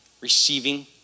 receiving